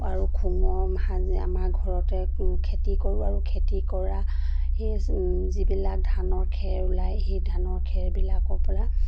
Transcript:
আৰু খুঙৰ মাহ আমাৰ ঘৰতে খেতি কৰোঁ আৰু খেতি কৰা সেই যিবিলাক ধানৰ খেৰ ওলায় সেই ধানৰ খেৰবিলাকৰ পৰা